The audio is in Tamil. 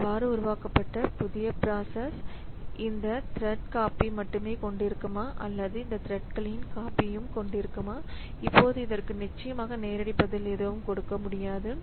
அவ்வாறு உருவாக்கப்பட்ட புதிய பிராசஸ் இது இந்த த்ரெட்ன் காப்பி மட்டுமே கொண்டிருக்குமா அல்லது இந்த த்ரெட்களின் காப்பியும் கொண்டிருக்குமா இப்போது இதற்கு நிச்சயமாக நேரடி பதில் எதுவும் கொடுக்க முடியாது